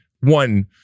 one